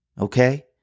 Okay